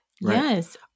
Yes